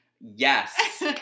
Yes